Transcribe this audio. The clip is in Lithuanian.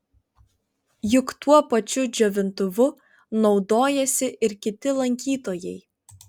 juk tuo pačiu džiovintuvu naudojasi ir kiti lankytojai